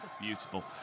Beautiful